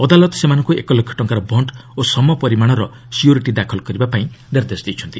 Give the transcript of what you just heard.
ଅଦାଲତ ସେମାନଙ୍କୁ ଏକ ଲକ୍ଷ ଟଙ୍କାର ବଣ୍ଡ ଓ ସମପରିମାଣର ସିଓରିଟି ଦାଖଲ କରିବାପାଇଁ ନିର୍ଦ୍ଦେଶ ଦେଇଛନ୍ତି